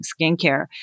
skincare